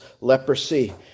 leprosy